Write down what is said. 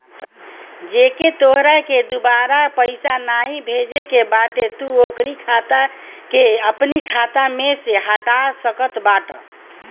जेके तोहरा के दुबारा पईसा नाइ भेजे के बाटे तू ओकरी खाता के अपनी खाता में से हटा सकत बाटअ